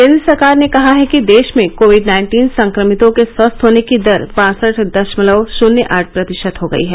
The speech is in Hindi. केन्द्र सरकार ने कहा है कि देश में कोविड नाइन्टीन संक्रमितों के स्वस्थ होने की दर बासठ दशमलव शन्य आठ प्रतिशत हो गई है